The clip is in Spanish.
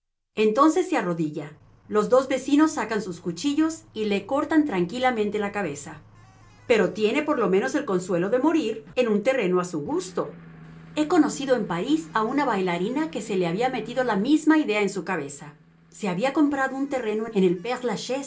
entonces se arrodilla los dos vecinos sacan sus cuchillos y le cortan tranquilamente la cabeza pero tiene por lo menos el consuelo de morir en un terreno a su gusto he conocido en parís a una bailarina que se le había metido la misma idea en la cabeza se había comprado un terreno en el